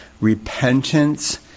repentance